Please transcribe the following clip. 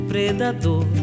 predador